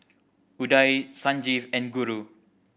Udai Sanjeev and Guru